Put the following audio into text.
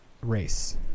race